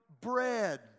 bread